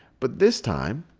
but this time,